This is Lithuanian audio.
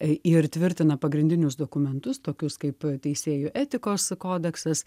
ir tvirtina pagrindinius dokumentus tokius kaip teisėjų etikos kodeksas